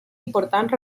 importants